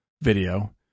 video